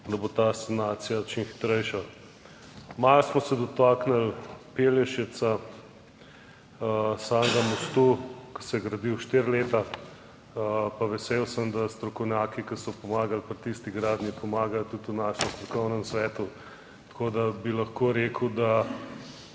da bo ta sanacija čim hitrejša. Malo smo se dotaknili Pelješca, samega mostu, ki se je gradil štiri leta. Pa vesel sem, da strokovnjaki, ki so pomagali pri tisti gradnji, pomagajo tudi v našem strokovnem svetu, tako da bi lahko rekel, da